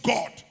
God